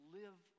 live